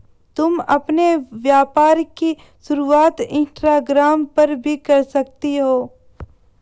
तुम अपने व्यापार की शुरुआत इंस्टाग्राम पर भी कर सकती हो